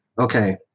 okay